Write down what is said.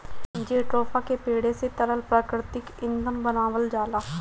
jatropha के पेड़े से तरल प्राकृतिक ईंधन बनावल जाला